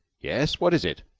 yes. what is it?